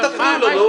אל תפריעו לו.